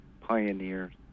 pioneers